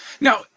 Now